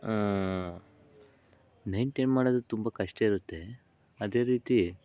maintain ಮಾಡೋದು ತುಂಬ ಕಷ್ಟ ಇರುತ್ತೆ ಅದೇ ರೀತಿ